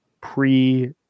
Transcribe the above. pre